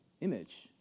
image